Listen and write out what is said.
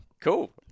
cool